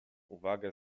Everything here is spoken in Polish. uwagę